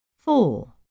Four